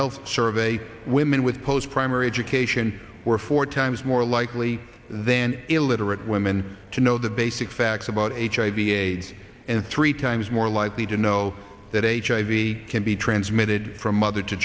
health survey women with post primary education were four times more likely than illiterate women to know the basic facts about hiv aids and three times more likely to know that hiv can be transmitted from mother